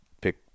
pick